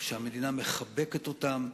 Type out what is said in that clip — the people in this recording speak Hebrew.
שהמדינה מחבקת אותם,